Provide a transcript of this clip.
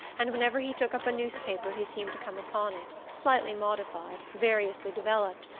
and whenever he took up a newspaper he seemed to come upon it, slightly modified, variously developed,